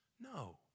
No